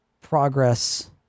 progress